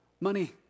Money